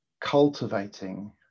cultivating